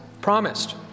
promised